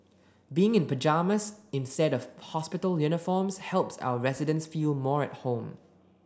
being in pyjamas instead of hospital uniforms helps our residents feel more at home